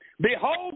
behold